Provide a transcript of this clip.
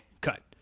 cut